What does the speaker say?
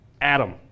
Adam